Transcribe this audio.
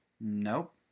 nope